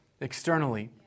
externally